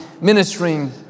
ministering